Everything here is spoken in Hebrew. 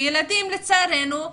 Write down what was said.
ילדים, לצערנו,